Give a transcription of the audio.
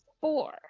Four